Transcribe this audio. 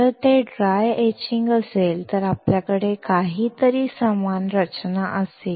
जर ते dry etching असेल तर आपल्याकडे काहीतरी समान रचना असेल